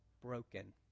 broken